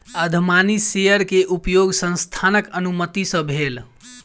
अधिमानी शेयर के उपयोग संस्थानक अनुमति सॅ भेल